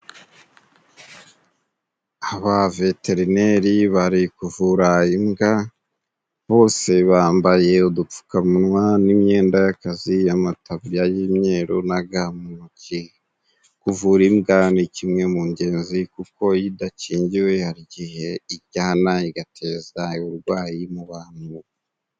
Abaveterineri bari kuvura imbwa bose bambaye udupfukamunwa n'imyenda y'akazi y'amataburiya y'imyeru na ga mu ntoki, kuvura imbwa ni kimwe mu ngenzi kuko iyo idakingiwe hari igihe iryana igateza uburwayi mu bantu.